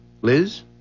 Liz